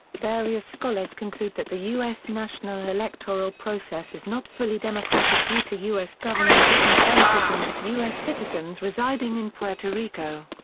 various scholars conclude that the u s. national-electoral process is not fully democratic due to u s. government disenfranchisement of u s. citizens residing in puerto rico.